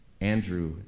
Andrew